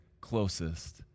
closest